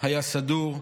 היה סדור,